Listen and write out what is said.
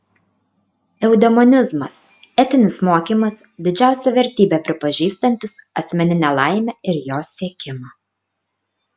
eudemonizmas etinis mokymas didžiausia vertybe pripažįstantis asmeninę laimę ir jos siekimą